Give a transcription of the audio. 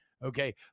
Okay